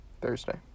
Thursday